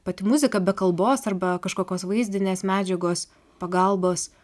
pati muzika be kalbos arba kažkokios vaizdinės medžiagos pagalbos